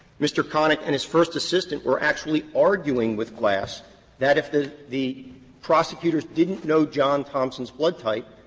mr. connick and his first assistant were actually arguing with glas that if the the prosecutors didn't know john thompson's blood type,